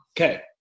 Okay